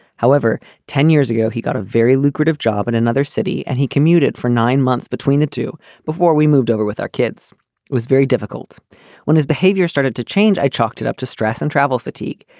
however ten years ago he got a very lucrative job in another city and he commuted for nine months between the two before we moved over with our kids. it was very difficult when his behavior started to change. i chalked it up to stress and travel fatigue.